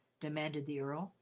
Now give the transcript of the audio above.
demanded the earl.